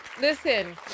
Listen